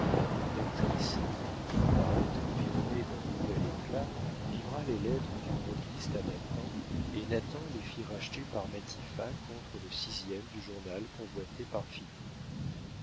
l'actrice qui voulut reparaître environnée d'un nouvel éclat livra les lettres du droguiste à nathan et nathan les fit racheter par matifat contre le sixième du journal convoité par